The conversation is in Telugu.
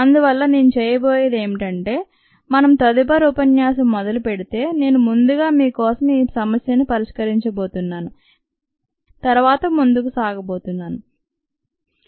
అందువల్ల నేను చేయబోయేది ఏమిటంటే మనం తదుపరి ఉపన్యాసం మొదలు పెడితే నేను ముందుగా మీ కోసం ఈ సమస్యను పరిష్కరించబోతున్నాను తరువాత ముందుకు సాగబోతున్నాను